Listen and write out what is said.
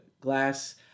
glass